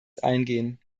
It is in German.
eingehen